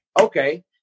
okay